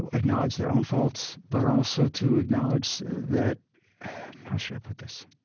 ah acknowledge their own faults, but also to acknowledge that how should i put this?